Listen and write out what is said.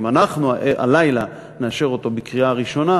אם אנחנו הלילה נאשר אותו בקריאה ראשונה,